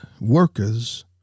workers